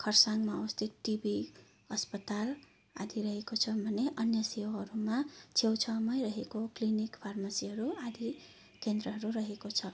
खरसाङमा अवस्थित टिबी अस्पताल आदि रहेको छन् भने अन्य सेवाहरूमा छेउछाउमा रहेको क्लिनिक फार्मेसीहरू आदि केन्द्रहरू रहेको छ